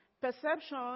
Perception